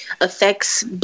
affects